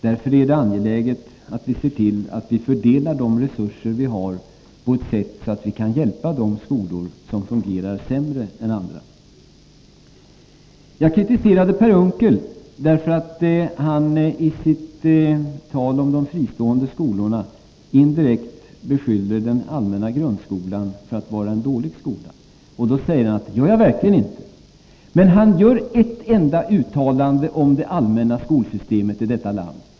Därför är det angeläget att se till att fördela de resurser vi har på ett sådant sätt att vi kan hjälpa de skolor som fungerar sämre än andra. Jag kritiserade Per Unckel därför att han i sitt tal om de fristående skolorna indirekt beskyllde den allmänna grundskolan för att vara en dålig skola. Då, säger han: Det gör jag verkligen inte. — Men han gör ett enda uttalande om det allmänna skolsystemet i detta land.